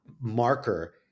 marker